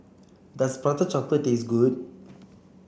does Prata Chocolate taste good